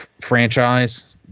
franchise